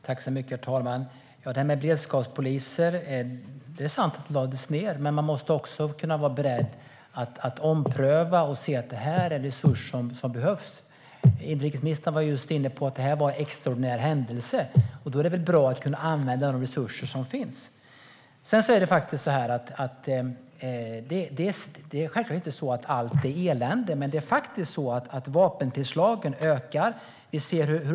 Herr talman! Det är sant att beredskapspolisen lades ned. Men man måste också vara beredd att ompröva nedläggningen och se att det är en resurs som behövs. Inrikesministern var inne på att det var fråga om en extraordinär händelse. Då är det väl bra att kunna använda de resurser som finns. Självklart är inte allt elände, men vapentillslagen ökar.